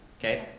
okay